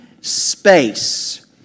space